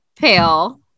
pale